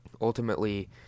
ultimately